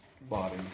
body